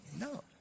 No